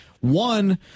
one